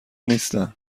نیستم